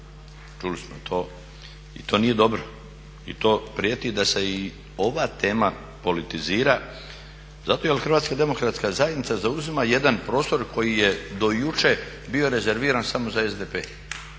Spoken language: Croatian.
Čuli smo to i to nije dobro. I to prijeti da se i ova tema politizira. Zato jer Hrvatska demokratska zajednica zauzima jedan prostor koji je do jučer bio rezerviran samo za SDP,